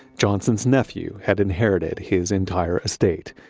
johnson's nephew had inherited his entire estate,